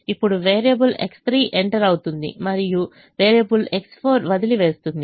ఇప్పుడు variable X3 enter అవుతుంది మరియు వేరియబుల్ X4 వదిలివేస్తుంది